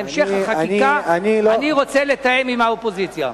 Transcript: אני רוצה לתאם עם האופוזיציה.